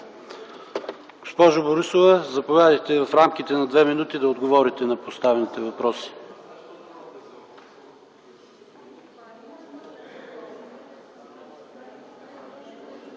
Госпожо Борисова, заповядайте в рамките на 2 мин. да отговорите на поставените въпроси.